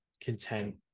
content